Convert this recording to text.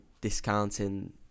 discounting